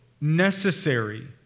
necessary